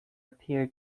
appear